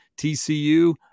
tcu